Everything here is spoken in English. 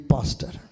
Pastor